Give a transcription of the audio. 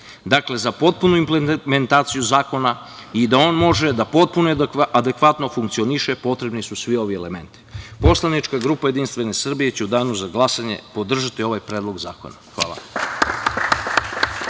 napisan. Za potpunu implementaciju zakona i da on može da potpuno adekvatno funkcioniše potrebni su svi ovi elementi. Poslanička grupa JS će u danu za glasanje podržati ovaj Predlog zakona. Hvala.